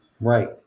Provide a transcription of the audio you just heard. Right